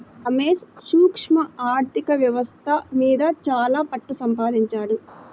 రమేష్ సూక్ష్మ ఆర్ధిక వ్యవస్థ మీద చాలా పట్టుసంపాదించాడు